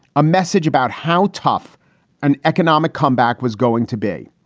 a message about how tough an economic comeback was going to be.